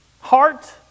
heart